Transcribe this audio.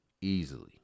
Easily